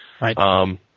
Right